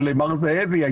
של מר זאבי,